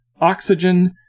Oxygen